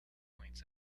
points